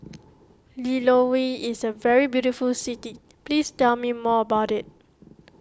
Lilongwe is a very beautiful city please tell me more about it